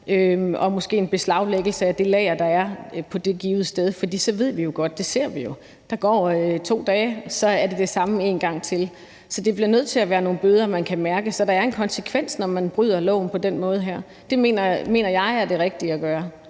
og måske en beslaglæggelse af det lager, der er på det givne sted, for så ved vi godt – det ser vi jo – at der går 2 dage, og så er det det samme en gang til. Så det bliver nødt til at være nogle bøder, man kan mærke, så der er en konsekvens, når man bryder loven på den her måde. Det mener jeg er det rigtige at gøre.